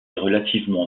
relativement